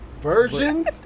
Virgins